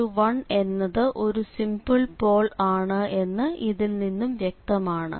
z1 എന്നത് ഒരു simple pole ആണ് എന്ന് ഇതിൽ നിന്നും വ്യക്തമാണ്